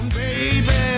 baby